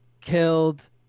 killed